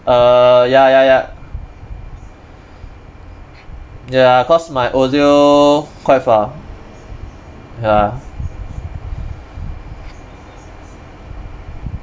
err ya ya ya ya cause my audio quite far ya